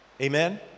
Amen